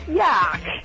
yuck